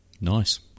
Nice